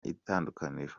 itandukaniro